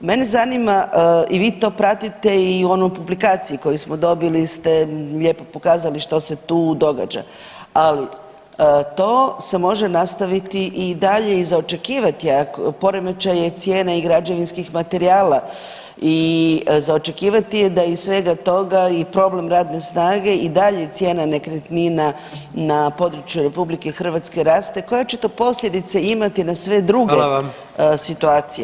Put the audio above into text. Mene zanima i vi to pratite i onu publikaciju koju smo dobili ste lijepo pokazali što se tu događa, ali to se može nastaviti i dalje i za očekivati je, poremećaj je i cijene i građevinskih materijala i za očekivati je da iz svega toga i problem radne snage i dalje cijena nekretnina na području RH raste, koje će to posljedice imati na sve druge situacije?